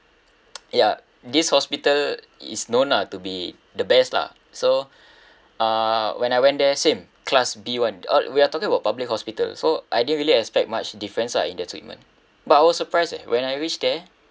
ya this hospital is known ah to be the best lah so uh when I went there same class B [one] uh we are talking about public hospital so I didn't really expect much difference ah in their treatment but I was surprised eh when I reached there